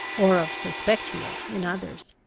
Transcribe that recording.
or of suspecting it in others.